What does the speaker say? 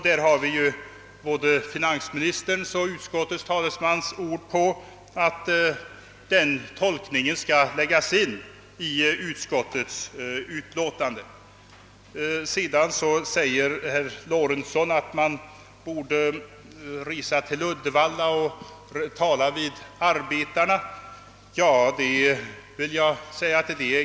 Vi har nu också finansministerns och utskottets talesmans ord på att denna tolkning bör läggas in i utskottets formulering. Herr Lorentzon säger att man borde resa till Uddevalla och tala med arbetarna vid varvet där.